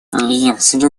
если